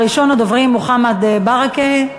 ראשון הדוברים, מוחמד ברכה.